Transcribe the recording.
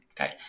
okay